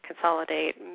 consolidate